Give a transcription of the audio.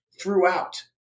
throughout